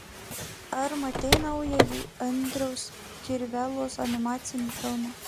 ar matei naująjį andriaus kirvelos animacinį filmą